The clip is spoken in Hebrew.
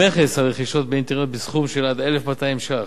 המכס על רכישות באינטרנט בסכום של עד 1,200 ש"ח.